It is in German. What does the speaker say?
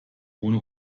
ohne